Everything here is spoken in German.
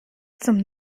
zum